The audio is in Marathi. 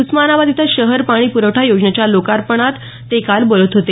उस्मानाबाद इथं शहर पाणी पुरवठा योजनेच्या लोकार्पणात ते काल बोलत होते